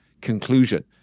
conclusion